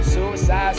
Suicide